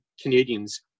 Canadians